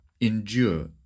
endure